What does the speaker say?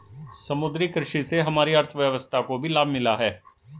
समुद्री कृषि से हमारी अर्थव्यवस्था को भी लाभ मिला है